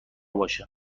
باشه